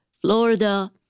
Florida